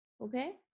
okay